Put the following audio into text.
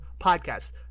podcast